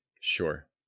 Sure